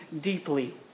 deeply